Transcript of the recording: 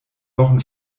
wochen